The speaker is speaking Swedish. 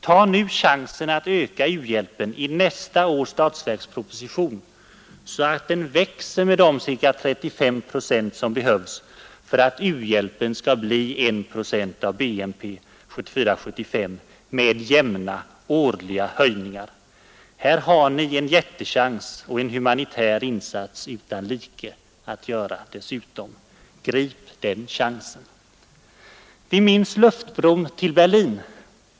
Ta nu chansen att öka u-hjälpen i nästa års statsverksproposition, så att den växer med de cirka 35 procent som behövs för att u-hjälpen skall bli en procent av BNP i varje fall 1974/75 med jämna, årliga höjningar! Här har ni socialdemokrater en jättechans, och dessutom en humanitär insats utan like att göra. Grip den chansen! Vi minns luftbron till Berlin.